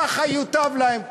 ככה ייטב להם.